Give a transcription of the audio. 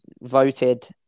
voted